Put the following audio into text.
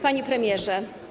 Panie Premierze!